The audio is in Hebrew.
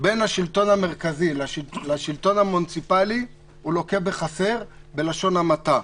בין השלטון המרכזי לשלטון המוניציפלי לוקה בחסר בלשון המעטה,